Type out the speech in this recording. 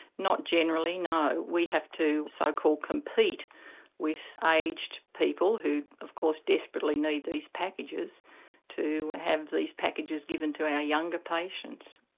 not generally no. we have to so called compete with aged people who, of course, desperately need these packages to have these packages given to our younger patients.